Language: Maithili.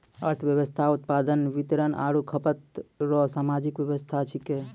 अर्थव्यवस्था उत्पादन वितरण आरु खपत रो सामाजिक वेवस्था छिकै